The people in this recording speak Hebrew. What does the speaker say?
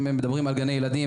הם דיברו על גני ילדים,